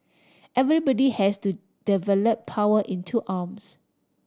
everybody has to develop power in two arms